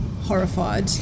horrified